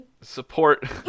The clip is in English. Support